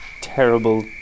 terrible